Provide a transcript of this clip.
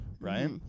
right